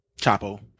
Chapo